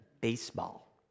baseball